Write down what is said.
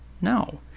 No